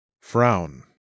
Frown